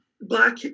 Black